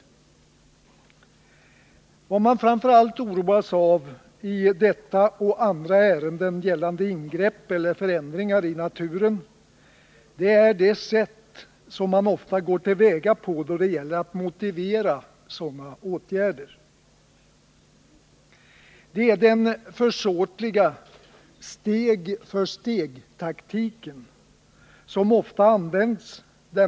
Vad vi framför allt oroas av i detta och andra ärenden som gäller ingrepp eller förändringar i naturen är det sätt som man ofta går till väga på för att motivera sådana åtgärder. Det är den försåtliga steg-för-steg-taktiken som ofta används.